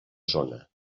zona